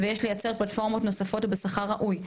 ויש לייצר פלטפורמות נוספות ובשכר ראוי.